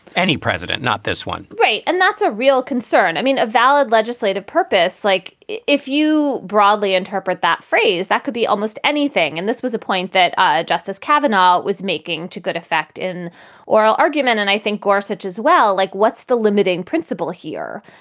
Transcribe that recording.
any president, not this one right. and that's a real concern. i mean, a valid legislative purpose. like if you broadly interpret that phrase, that could be almost anything. and this was a point that justice kavanaugh was making to good effect in oral argument. and i think gorsuch as well, like, what's the limiting principle here?